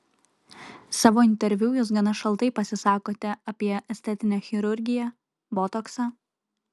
savo interviu jūs gana šaltai pasisakote apie estetinę chirurgiją botoksą